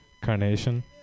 Carnation